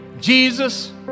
Jesus